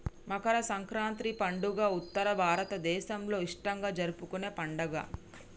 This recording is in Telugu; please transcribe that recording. మకర సంక్రాతి పండుగ ఉత్తర భారతదేసంలో ఇష్టంగా జరుపుకునే పండుగ